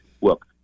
Look